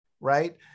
right